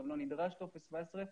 גם לא נדרש טופס 17,